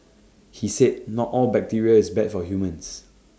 he said not all bacteria is bad for humans